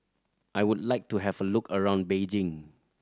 I would like to have a look around Beijing